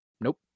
Nope